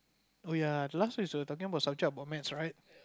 oh ya last week we were talking about subject about maths right